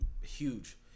huge